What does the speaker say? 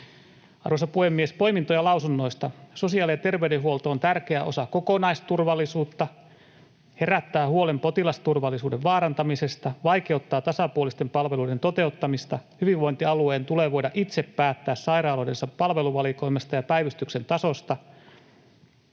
Arvoisa puhemies! Poimintoja lausunnoista: ”Sosiaali- ja terveydenhuolto on tärkeä osa kokonaisturvallisuutta.” ”Herättää huolen potilasturvallisuuden vaarantamisesta.” ”Vaikeuttaa tasapuolisten palveluiden toteuttamista.” ”Hyvinvointialueen tulee voida itse päättää sairaaloidensa palveluvalikoimasta ja päivystyksen tasosta.”